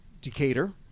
Decatur